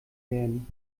werden